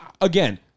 Again